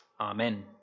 Amen